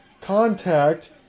contact